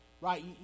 right